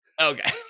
okay